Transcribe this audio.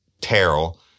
Terrell